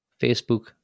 Facebook